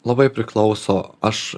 labai priklauso aš